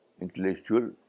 intellectual